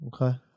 Okay